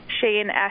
Shane